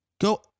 Go